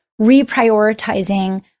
reprioritizing